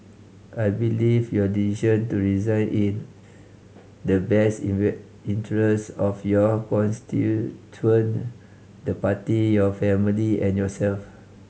I believe your decision to resign in the best interest of your constituent the Party your family and yourself